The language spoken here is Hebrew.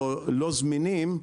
או לא זמינים,